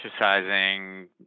exercising